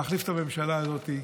להחליף את הממשלה הזאת.